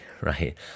right